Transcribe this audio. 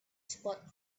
spot